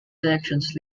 elections